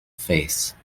face